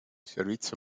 servizio